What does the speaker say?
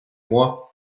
moi